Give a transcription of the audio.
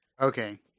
Okay